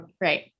Right